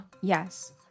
Yes